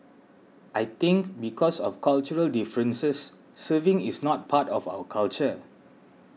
I think because of cultural differences serving is not part of our culture